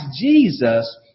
Jesus